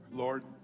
Lord